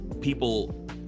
people